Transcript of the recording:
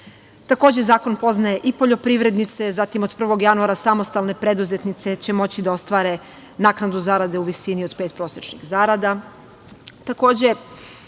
zakon poznaje i poljoprivrednice, zatim od 1. januara samostalne preduzetnice će moći da ostvare naknadu zarade u visini od pet prosečnih zarada.